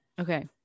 okay